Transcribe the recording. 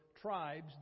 tribes